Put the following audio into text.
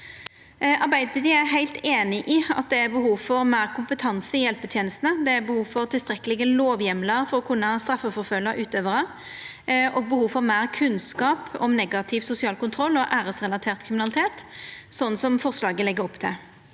Arbeidarpartiet er heilt einig i at det er behov for meir kompetanse i hjelpetenestene, for tilstrekkelege lovheimlar for å kunna straffeforfølgja utøvarar og for meir kunnskap om negativ sosial kontroll og æresrelatert kriminalitet, sånn forslaget legg opp til.